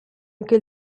anche